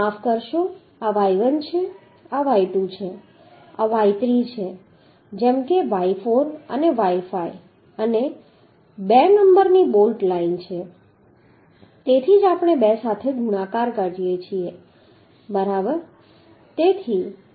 માફ કરશો આ y1 આ y2 છે આ y3 છે જેમ કે y4 અને y5 અને 2 નંબરની બોલ્ટ લાઇન છે તેથી જ આપણે 2 સાથે ગુણાકાર કરીએ છીએ બરાબર